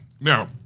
now